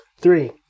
Three